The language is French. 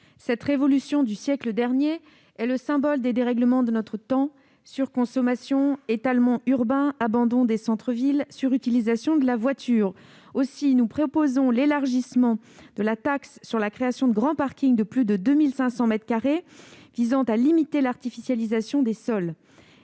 Cette révolution du siècle dernier est le symbole des dérèglements de notre temps, comme la surconsommation, l'étalement urbain, l'abandon des centres-villes, la surutilisation de la voiture. Nous proposons l'élargissement de la taxe sur la création de grands parkings de plus de 2 500 mètres carrés, visant à limiter l'artificialisation des sols.